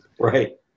Right